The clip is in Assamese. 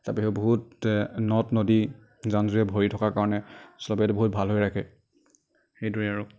তাৰ বাহিৰেও বহুত নদ নদী জান জুৰিৰে ভৰি থকাৰ কাৰণে চবেইটো বহুত ভাল কৰি ৰাখে সেইটোৱেই আৰু